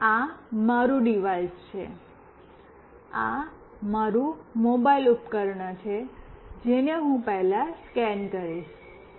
હવે આ મારું ડિવાઇસ છે આ મારું મોબાઇલ ઉપકરણ છે જેને હું પહેલા સ્કેન કરીશ